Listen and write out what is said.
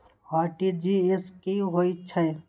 RTGS की होय छै